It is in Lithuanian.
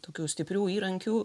tokių stiprių įrankių